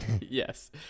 Yes